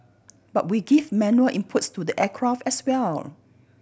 but we give manual inputs to the aircraft as well